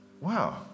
wow